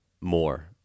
more